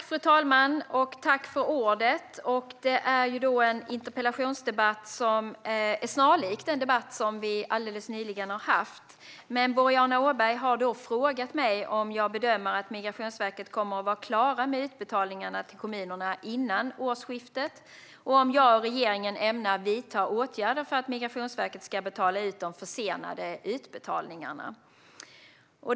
Fru talman! Det här är en interpellationsdebatt som är snarlik den debatt som vi alldeles nyligen har haft, men Boriana Åberg har frågat mig om jag bedömer att Migrationsverket kommer att vara klara med utbetalningarna till kommunerna innan årsskiftet och om jag och regeringen ämnar vidta åtgärder för att Migrationsverket ska göra de försenade utbetalningarna.